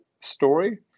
story